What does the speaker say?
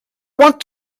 wanted